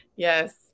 Yes